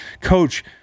Coach